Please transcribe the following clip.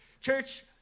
Church